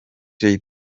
jay